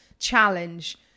challenge